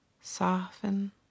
Soften